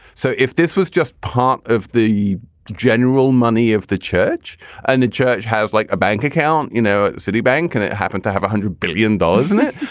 so if this was just part of the general money of the church and the church has like a bank account, you know, citibank and it happened to have one hundred billion dollars in it.